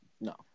no